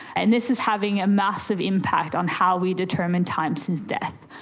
and this is having a massive impact on how we determine time since death.